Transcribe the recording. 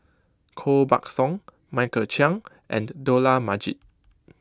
Koh Buck Song Michael Chiang and Dollah Majid